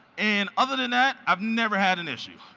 and other than that i've never had an issue,